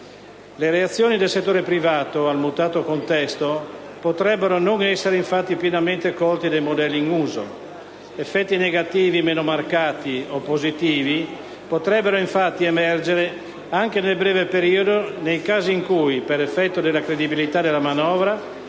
Le reazioni del settore privato al mutato contesto potrebbero non essere infatti pienamente colte dai modelli in uso. Effetti negativi meno marcati o positivi potrebbero infatti emergere anche nel breve periodo, nei casi in cui, per effetto della credibilità della manovra,